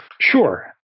Sure